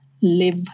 live